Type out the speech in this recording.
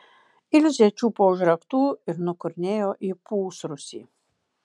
ilzė čiupo už raktų ir nukurnėjo į pusrūsį